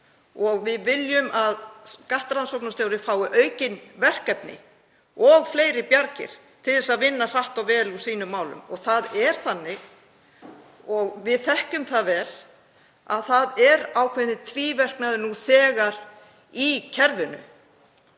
við viljum að skattrannsóknarstjóri fái aukin verkefni og fleiri bjargir til að vinna hratt og vel úr sínum málum. Það er þannig, og við þekkjum það vel, að nú þegar er ákveðinn tvíverknaður í kerfinu